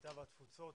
הקליטה והתפוצות,